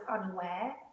unaware